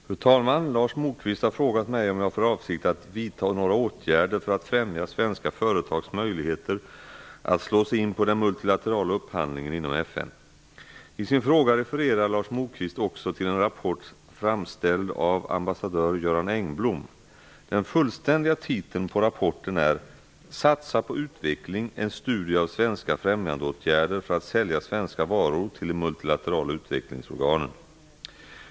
Fru talman! Lars Moquist har frågat mig om jag har för avsikt att vidta några åtgärder för att främja svenska företags möjligheter att slå sig in på den multilaterala upphandlingen inom FN. I sin fråga refererar Lars Moquist också till en rapport framställd av ambassadör Göran Engblom. Den fullständiga titeln på rapporten är Satsa på utveckling, en studie av svenska främjandeåtgärder för att sälja svenska varor till de multilaterala utvecklingsorganen.